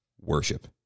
worship